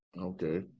Okay